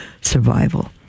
survival